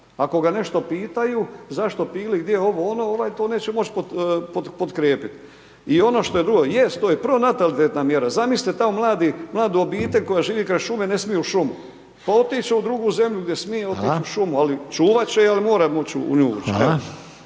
ako ga nešto pitaju zašto pili gdje ovo, ono, ovaj to neće moć potkrijepit. I ono što je …/nerazumljivo/… to je pronatalitetna mjera, zamislite tamo mladi mladu obitelj koja živi kraj šume, ne smiju u šumu, pa otić' će u drugu zemlju gdje smije otić' u šumu, ali čuvat će je, ali mora moći u nju ući,